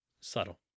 subtle